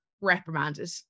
reprimanded